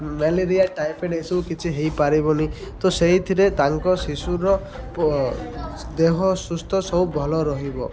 malaria typhoid ଏସବୁ କିଛି ହେଇପାରିବନି ତ ସେଇଥିରେ ତାଙ୍କ ଶିଶୁର ଦେହ ସୁସ୍ଥ ସବୁ ଭଲ ରହିବ